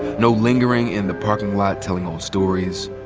no lingering in the parking lot telling old stories,